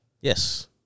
Yes